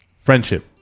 Friendship